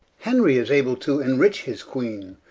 henry is able to enrich his queene,